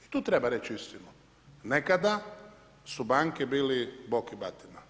I tu treba reći istinu, nekada su banke bile bog i batina.